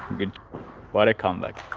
good what a comeback